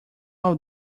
all